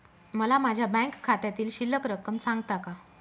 मला माझ्या बँक खात्यातील शिल्लक रक्कम सांगता का?